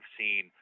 seen